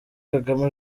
kagame